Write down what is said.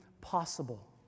possible